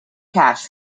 cash